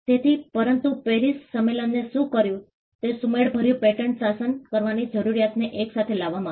તેથી પરંતુ પેરિસ સંમેલનએ શું કર્યું તે સુમેળભર્યું પેટન્ટ શાસન કરવાની જરૂરિયાતને એક સાથે લાવવામાં આવી